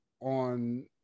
on